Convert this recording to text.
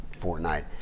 Fortnite